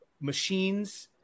machines